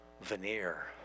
veneer